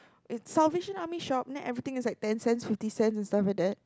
it's Salvation Army shop then everything is like ten cents fifty cents and stuff like that